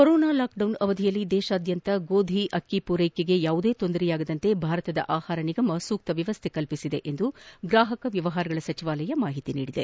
corona lockdown ಅವಧಿಯಲ್ಲಿ ದೇಶಾದ್ಯಂತ ಗೋಧಿ ಮತ್ತು ಅಕ್ಕಿ ಪೂರೈಕೆಗೆ ಯಾವುದೇ ತೊಂದರೆಯಾಗದಂತೆ ಭಾರತದ ಆಹಾರ ನಿಗಮ ಸೂಕ್ತ ವ್ಯವಸ್ಥೆ ಕಲ್ಪಿಸಿದೆ ಎಂದು ಗ್ರಾಪಕ ವ್ಯವಹಾರಗಳ ಸಚಿವಾಲಯ ಮಾಹಿತಿ ನೀಡಿದೆ